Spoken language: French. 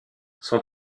son